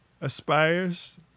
aspires